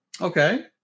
Okay